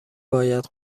باید